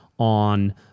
on